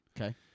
Okay